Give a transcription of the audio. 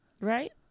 Right